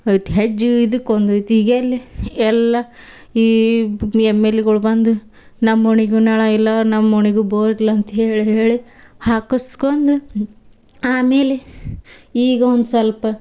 ಇಟ್ಟ ಹೆಜ್ಜೆ ಇದಕ್ಕೆ ಒಂದಿತ್ ಈಗ ಎಲ್ಲೇ ಎಲ್ಲ ಈ ಎಮ್ ಎಲ್ಗಳು ಬಂದು ನಮ್ಮ ಓಣಿಗೂ ನಳ ಇಲ್ಲ ನಮ್ಮ ಓಣಿಗೂ ಬೋರ್ ಇಲ್ಲ ಅಂತ ಹೇಳಿ ಹೇಳಿ ಹೇಳಿ ಹಾಕಸ್ಕೊಂಡು ಆಮೇಲೆ ಈಗ ಒಂದು ಸ್ವಲ್ಪ